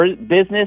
business